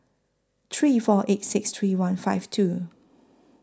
three four eight six three one five two